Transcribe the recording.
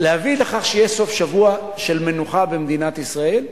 להביא לכך שיהיה סוף-שבוע של מנוחה במדינת ישראל,